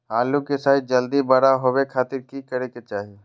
आलू के साइज जल्दी बड़ा होबे खातिर की करे के चाही?